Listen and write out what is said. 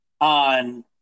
on